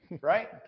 right